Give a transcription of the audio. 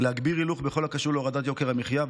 להגביר הילוך בכל הקשור להורדת יוקר המחיה,